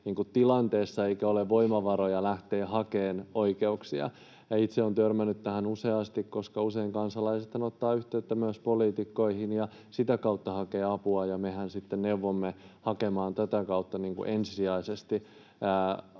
tilanteessa, eikä ole voimavaroja lähteä hakemaan oikeuksia. Itse olen törmännyt tähän useasti, koska usein kansalaisethan ottavat yhteyttä myös poliitikkoihin ja sitä kautta hakevat apua. Mehän sitten neuvomme hakemaan tätä kautta ensisijaisesti